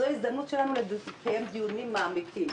זו ההזדמנות שלנו לקיים דיונים מעמיקים,